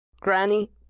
Granny